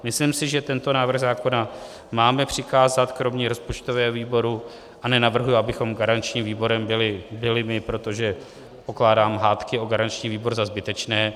Myslím si, že tento návrh zákona máme přikázat kromě rozpočtového výboru a nenavrhuji, abychom garančním výborem byli my, protože pokládám hádky o garanční výbor za zbytečné.